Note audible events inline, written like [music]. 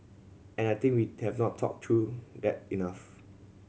and I think we [unintelligible] have not talked through that enough